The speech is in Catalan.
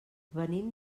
venim